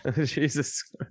Jesus